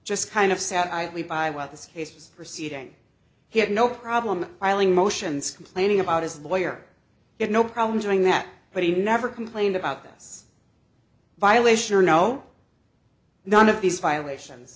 just kind of sat idly by while this case was proceeding he had no problem filing motions complaining about his lawyer had no problem doing that but he never complained about this violation or no none of these violations